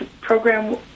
program